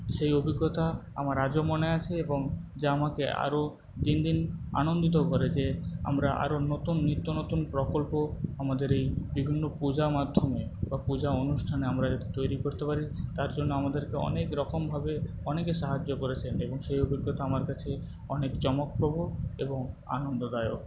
সেই অভিজ্ঞতা আমার আজও মনে আছে এবং যা আমাকে আরও দিনদিন আনন্দিত করে যে আমরা আরও নতুন নিত্য নতুন প্রকল্প আমাদের এই বিভিন্ন পূজা মাধ্যমে বা পূজা অনুষ্ঠানে আমরা তৈরি করতে পারি তার জন্য আমাদেরকে অনেকরকমভাবে অনেকে সাহায্য করেছেন এবং সেই অভিজ্ঞতা আমার কাছে অনেক চমকপ্রভ এবং আনন্দদায়ক